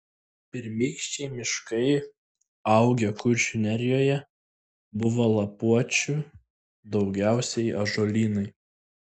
pirmykščiai miškai augę kuršių nerijoje buvo lapuočių daugiausiai ąžuolynai